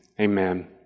Amen